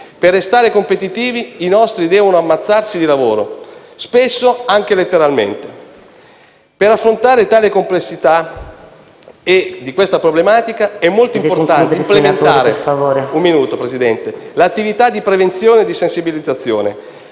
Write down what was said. Per restare competitivi, i nostri devono ammazzarsi di lavoro, spesso anche letteralmente. Per affrontare tale complessa problematica è molto importante implementare l'attività di prevenzione e di sensibilizzazione: